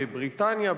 בבריטניה,